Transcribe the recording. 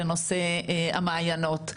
לנושא המעיינות.